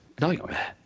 Nightmare